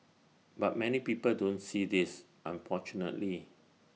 but many people don't see this unfortunately